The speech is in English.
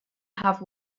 have